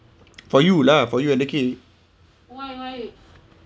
for you lah for you and the kid